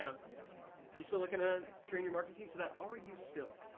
are you still lookin' to train your marketing team? so that, are you still,